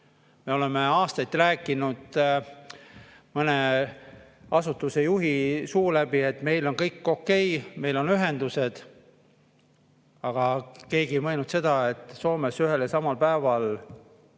Me oleme aastaid rääkinud mõne asutuse juhi suu läbi, et meil on kõik okei, meil on ühendused. Aga keegi ei mõelnud seda, et Soomes ühel ja samal päeval